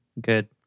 Good